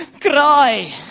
cry